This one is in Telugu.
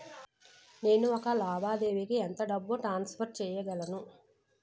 నేను ఒక లావాదేవీకి ఎంత డబ్బు ట్రాన్సఫర్ చేయగలను?